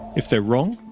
if they're wrong,